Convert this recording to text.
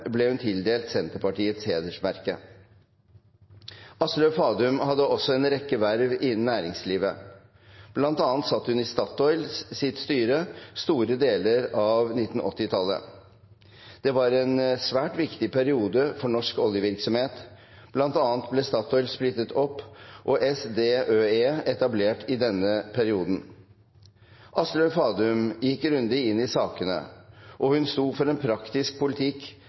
ble hun tildelt Senterpartiets hedersmerke. Aslaug Fadum hadde også en rekke verv innen næringslivet. Blant annet satt hun i Statoils styre store deler av 1980-tallet. Det var en svært viktig periode for norsk oljevirksomhet, bl.a. ble Statoil splittet opp og SDØE etablert i denne perioden. Aslaug Fadum gikk grundig inn i sakene, og hun sto for en praktisk politikk